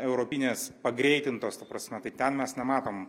europinės pagreitintos ta prasme tai ten mes nematom